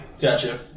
Gotcha